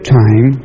time